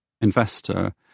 investor